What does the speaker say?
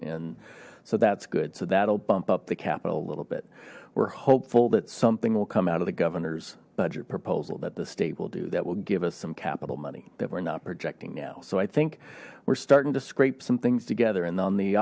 and so that's good so that'll bump up the capital a little bit we're hopeful that something will come out of the governor's budget proposal that the state will do that will give us some capital money that we're not projecting now so i think we're starting to scrape some things together and on the